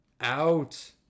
out